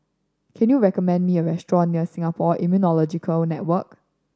can you recommend me a restaurant near Singapore Immunology Network